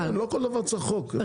לא כל דבר צריך חוק.